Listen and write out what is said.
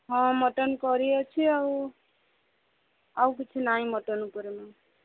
ହଁ ମଟନ୍ କରି ଅଛି ଆଉ ଆଉ କିଛି ନାଇଁ ମଟନ୍ ଉପରେ ମାମ୍